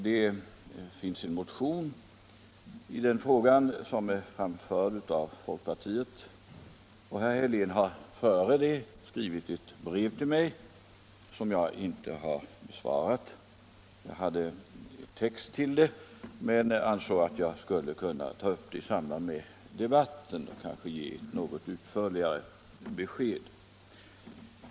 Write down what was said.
Det har väckts en motion i den frågan från folkpartiet och herr Helén hade dessförinnan skrivit ett brev till mig som jag inte har besvarat. Jag hade text till ett svar men ansåg att jag skulle kunna ta upp detta i samband med debatten här och kanske ge ett något utförligare besked.